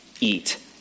eat